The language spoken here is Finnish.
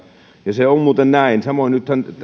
ja se on muuten näin samoin nythän